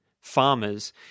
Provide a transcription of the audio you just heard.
farmers